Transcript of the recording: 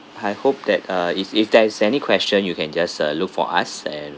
I hope that uh is if there's any question you can just uh look for us and